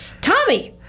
Tommy